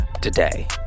today